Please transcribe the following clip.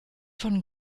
von